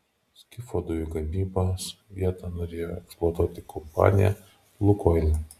skifo dujų gavybos vietą norėjo eksploatuoti kompanija lukoil